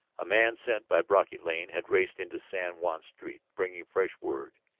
a man sent by brocky lane had raced into san juan's street, bringing fresh word.